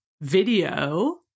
video